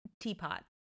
teapot